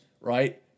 right